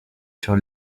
sur